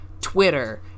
Twitter